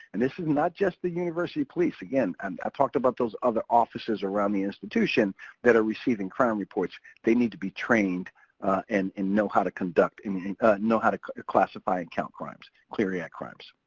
and this is not just the university police. again, and i talked about those other offices around the institution that are receiving crime reports. they need to be trained and and know how to conduct, and know how to classify and count crimes, clery act crimes.